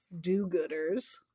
do-gooders